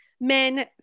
men